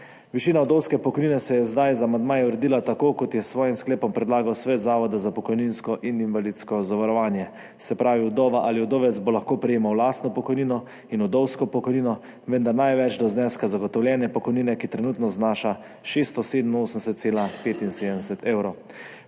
Višina vdovske pokojnine se je zdaj z amandmaji uredila tako, kot je s svojim sklepom predlagal Svet Zavoda za pokojninsko in invalidsko zavarovanje. Se pravi, vdova ali vdovec bo lahko prejemal lastno pokojnino in vdovsko pokojnino, vendar največ do zneska zagotovljene pokojnine, ki trenutno znaša 687,75 evra.